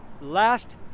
last